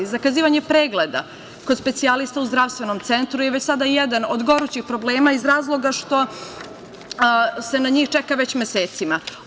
Zakazivanje pregleda kod specijalista u zdravstvenom centru je već sada jedan od gorućih problema iz razloga što se na njih čeka već mesecima.